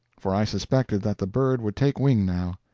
for i suspected that the bird would take wing now.